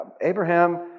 Abraham